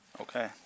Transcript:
Okay